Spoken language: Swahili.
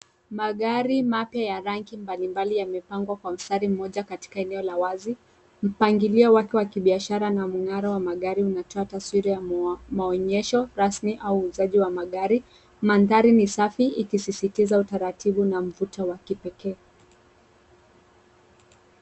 Magari mapya ya rangi mbalimbali yamepangwa kwa mstari mmoja katika eneo la wazi, mpangilio wake wa kibiashara na mng'aro wa magari unatoa taswira ya maonyesho rasmi au uuzaji wa magari. Mandhari ni safi ikisisitiza utaratibu na mvuto wa kipekee.